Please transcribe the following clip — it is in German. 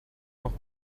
noch